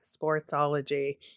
Sportsology